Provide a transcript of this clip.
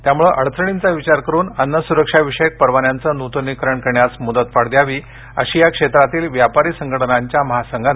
त्यामुळे अडचणींचा विचार करून अन्न सुरक्षा विषयक परवान्यांचं नुतनीकरण करण्यास मुदतवाढ द्यावी अशी या क्षेत्रातील व्यापारी संघटनांच्या महासंघाने सातत्यानं केली होती